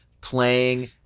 playing